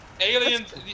Aliens